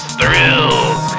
thrills